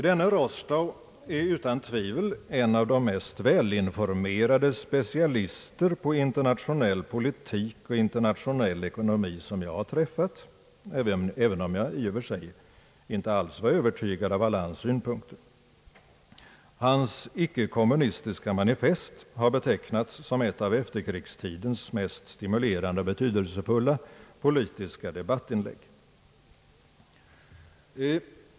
Denne Rostow är utan tvivel en av de mest välinformerade specialister på internationell politik och internationell ekonomi som jag har träffat även om jag i och för sig inte alls var övertygad av alla hans synpunkter. Hans icke-kommunistiska manifest har betecknats som ett av efterkrigstidens mest stimulerande och betydelsefulla politiska debattinlägg.